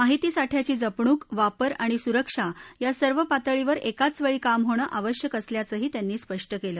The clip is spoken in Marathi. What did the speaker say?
माहिती साठ्याची जपणूक वापर आणि सुरक्षा या सर्व पातळीवर एकाच वेळी काम होणं आवश्यक असल्याचंही त्यांनी स्पष्ट केलं